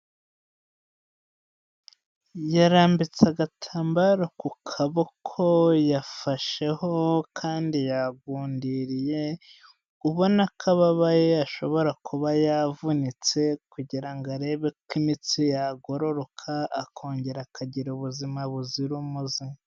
Yarambitse agatambaro ku kaboko, yafasheho kandi yagundiriye, ubona ko ababaye ashobora kuba yavunitse kugira ngo arebe ko imitsi yagororoka, akongera akagira ubuzima buzira umuze.